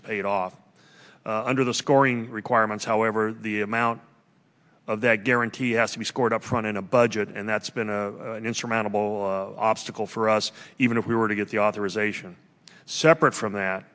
is paid off under the scoring requirements however the amount of that guarantee has to be scored upfront in a budget and that's been a insurmountable obstacle for us even if we were to get the authorisation separate from that